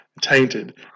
tainted